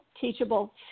teachable